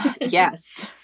Yes